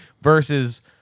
versus